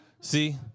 See